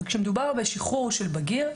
אבל כשמדובר בשחרור של בגיר,